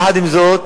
יחד עם זאת,